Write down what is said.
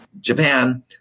Japan